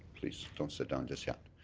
please don't sit down just yet.